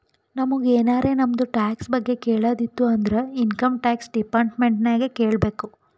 ನಮುಗ್ ಎನಾರೇ ನಮ್ದು ಟ್ಯಾಕ್ಸ್ ಬಗ್ಗೆ ಕೇಳದ್ ಇತ್ತು ಅಂದುರ್ ಇನ್ಕಮ್ ಟ್ಯಾಕ್ಸ್ ಡಿಪಾರ್ಟ್ಮೆಂಟ್ ನಾಗೆ ಕೇಳ್ಬೇಕ್